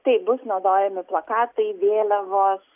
taip bus naudojami plakatai vėliavos